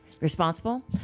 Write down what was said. responsible